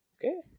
Okay